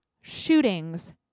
shootings